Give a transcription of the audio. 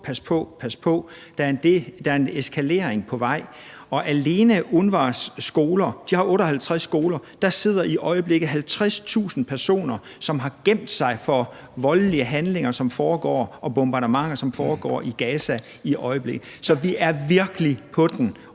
pas på, pas på. Der er en eskalering på vej. UNRWA har 58 skoler. Der sidder i øjeblikket 50.000 personer, som har gemt sig for voldelige handlinger, som foregår, og bombardementer, som foregår i Gaza i øjeblikket. Så vi er virkelig på den,